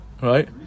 right